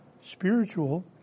spiritual